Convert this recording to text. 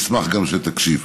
ואני אשמח גם שתקשיב.